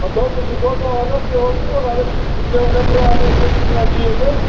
ہَتہٕ حظ ژٕ چھُکھ حظ پاگَل کیٚہو چھُکھ وَنان بہٕ چھُسے وَنان پرٛابلَم گٔے ژٕ چھُکھ وَنان ٹھیٖک گوٚو